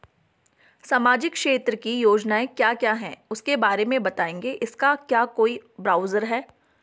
सामाजिक क्षेत्र की योजनाएँ क्या क्या हैं उसके बारे में बताएँगे इसका क्या कोई ब्राउज़र है?